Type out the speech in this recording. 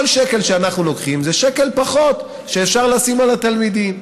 כל שקל שאנחנו לוקחים זה שקל פחות שאפשר לשים על התלמידים.